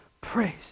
praise